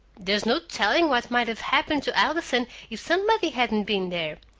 there's no telling what might have happened to allison if somebody hadn't been there.